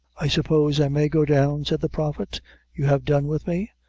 i suppose i may go down, said the prophet you have done with me?